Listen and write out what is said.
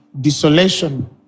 desolation